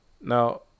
Now